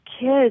kids